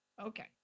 Okay